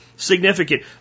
significant